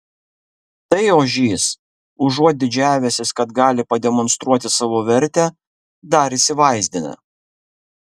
tai ožys užuot didžiavęsis kad gali pademonstruoti savo vertę dar įsivaizdina